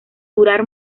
durar